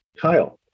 Kyle